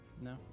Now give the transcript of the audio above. No